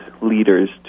leaders